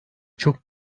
çok